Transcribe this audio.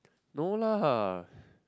no lah